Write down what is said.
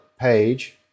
page